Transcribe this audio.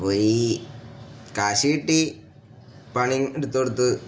അപ്പോൾ ഈ കാശ് കിട്ടി പണി എടുത്ത് കൊടുത്ത്